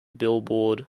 billboard